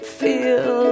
feel